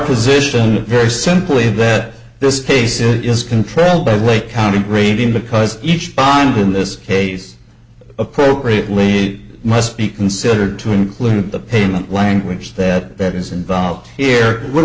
position it very simply that this case it is controlled by the lake county grading because each bond in this case appropriately must be considered to include the payment language that that is involved here what